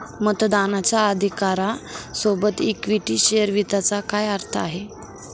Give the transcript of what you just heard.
मतदानाच्या अधिकारा सोबत इक्विटी शेअर वित्ताचा काय अर्थ आहे?